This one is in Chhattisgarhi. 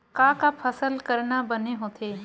का का फसल करना बने होथे?